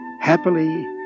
Happily